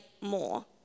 more